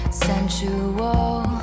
sensual